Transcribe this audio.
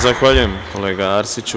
Zahvaljujem, kolega Arsiću.